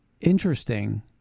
interesting